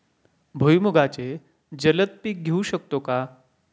भुईमुगाचे जलद पीक घेऊ शकतो का?